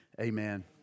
amen